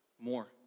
more